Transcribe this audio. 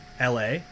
LA